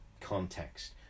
context